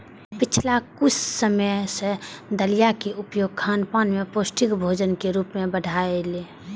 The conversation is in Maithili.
पिछला किछु समय सं दलियाक उपयोग खानपान मे पौष्टिक भोजनक रूप मे बढ़लैए